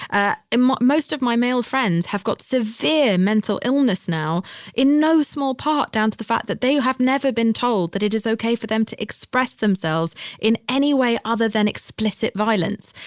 ah and most of my male friends have got severe mental illness now in no small part down to the fact that they have never been told that it is ok for them to express themselves in any way other than explicit violence.